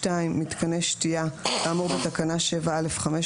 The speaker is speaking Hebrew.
מתקני שתיה כאמור בתקנה 7(א)(5),